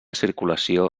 circulació